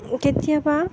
কেতিয়াবা